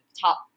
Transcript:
top